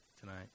tonight